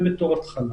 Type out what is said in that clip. זה בתור התחלה.